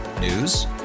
News